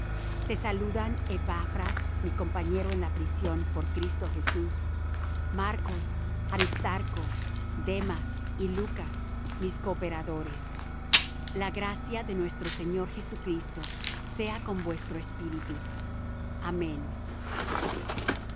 te saludan epafras mi compañero en la prisión por cristo jesús marcos aristarco demas y lucas mis cooperadores la gracia de nuestro señor jesucristo sea con vuestro espíritu amén